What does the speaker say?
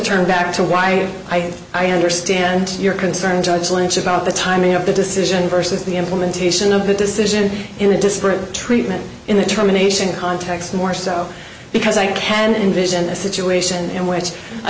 turn back to why i understand your concern judgments about the timing of the decision versus the implementation of the decision in a disparate treatment in the terminations context more so because i can envision a situation in which a